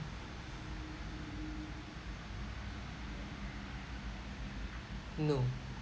no